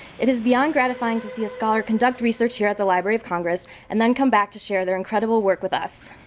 it is beyond gratifying to see a scholar conduct research here at the library of congress and then come back to share their incredible work with us.